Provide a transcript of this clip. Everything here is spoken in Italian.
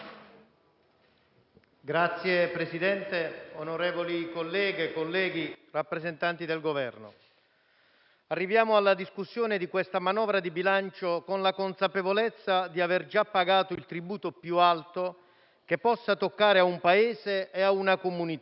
Signor Presidente, onorevoli colleghe e colleghi, rappresentanti del Governo, arriviamo alla discussione di questa manovra di bilancio con la consapevolezza di aver già pagato il tributo più alto che possa toccare a un Paese e a una comunità.